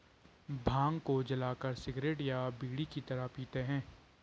भांग को जलाकर सिगरेट या बीड़ी की तरह पीते हैं